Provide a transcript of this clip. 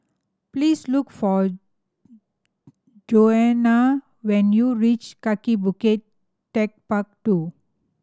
please look for Johannah when you reach Kaki Bukit Techpark Two